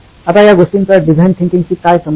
आता या गोष्टींचा डिझाईन थिंकिंगशी काय संबंध